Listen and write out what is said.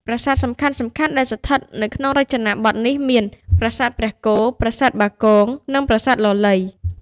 ប្រាសាទ សំខាន់ៗដែលស្ថិតនៅក្នុងរចនាបថនេះមាន ប្រាសាទព្រះគោ ប្រាសាទបាគង និងប្រាសាទលលៃ។